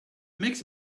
makes